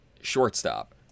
shortstop